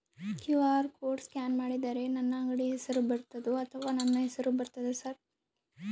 QR code scan ಮಾಡಿದರೆ ನನ್ನ ಅಂಗಡಿ ಹೆಸರು ಬರ್ತದೋ ಅಥವಾ ನನ್ನ ಹೆಸರು ಬರ್ತದ ಸರ್?